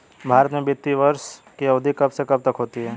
भारत में वित्तीय वर्ष की अवधि कब से कब तक होती है?